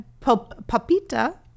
Papita